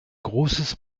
großes